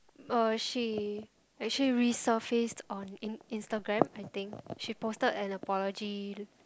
uh she actually resurfaced on in instagram I think she posted an apology